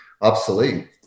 obsolete